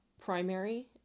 primary